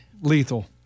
Lethal